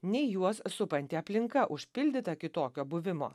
nei juos supanti aplinka užpildyta kitokio buvimo